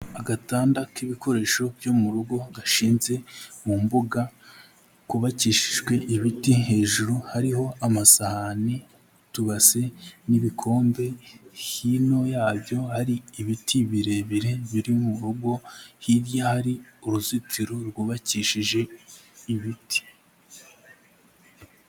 Agatanda k'ibikoresho byo mu rugo, gashinze mu mbuga kubakishijwe ibiti hejuru hariho amasahane, utubase n'ibikombe, hino yabyo ari ibiti birebire biri mu rugo, hirya hari uruzitiro rwubakishije ibiti.